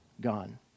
gone